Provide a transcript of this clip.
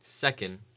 second